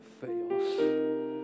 fails